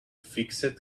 fixed